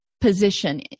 position